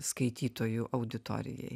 skaitytojų auditorijai